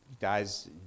guys